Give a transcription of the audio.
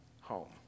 home